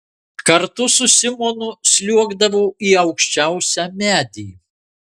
kartu su simonu sliuogdavo į aukščiausią medį